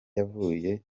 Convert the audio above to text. yavuye